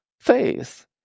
faith